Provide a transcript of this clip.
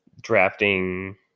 drafting